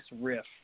riff